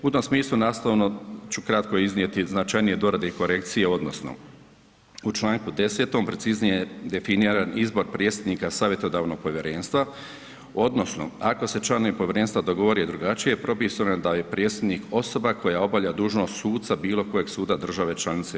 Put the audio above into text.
U tom smislu nastavno ću kratko iznijeti značajnije dorade i korekcije odnosno u čl. 10 preciznije je definiran izbor predsjednika savjetodavnog povjerenstva, odnosno ako se članovi povjerenstva dogovore drugačije, propisano je da je predsjednik osoba koja obavlja dužnost suca bilo kojeg suda države članice EU.